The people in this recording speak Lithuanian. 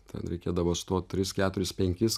ten reikėdavo stot tris keturis penkis